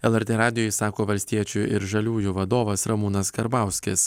lrt radijui sako valstiečių ir žaliųjų vadovas ramūnas karbauskis